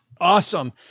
Awesome